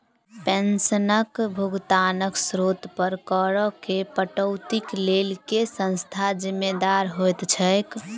पेंशनक भुगतानक स्त्रोत पर करऽ केँ कटौतीक लेल केँ संस्था जिम्मेदार होइत छैक?